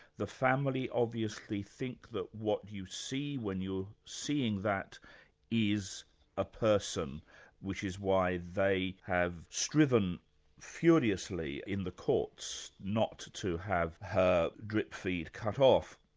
the family who obviously think that what you see when you're seeing that is a person which is why they have striven furiously in the courts not to have her drip feed cut off.